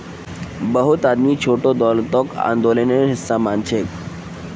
बहुत आदमी छोटो दौलतक आंदोलनेर हिसा मानछेक